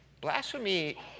Blasphemy